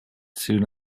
soon